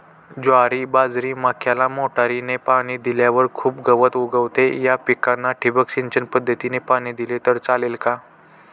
ज्वारी, बाजरी, मक्याला मोटरीने पाणी दिल्यावर खूप गवत उगवते, या पिकांना ठिबक सिंचन पद्धतीने पाणी दिले तर चालेल का?